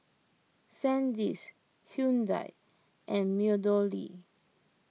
Sandisk Hyundai and MeadowLea